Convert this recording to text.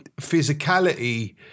physicality